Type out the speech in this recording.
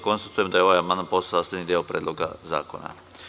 Konstatujem da je ovaj amandman postao sastavni deo Predloga zakona.